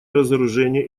разоружение